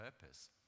purpose